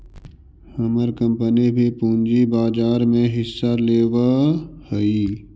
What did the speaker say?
हमर कंपनी भी पूंजी बाजार में हिस्सा लेवअ हई